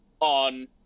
on